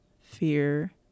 fear